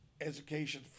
education